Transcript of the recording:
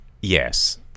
yes